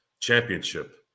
championship